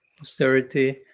austerity